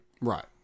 Right